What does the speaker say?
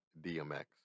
DMX